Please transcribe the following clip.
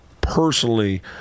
personally